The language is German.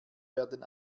werden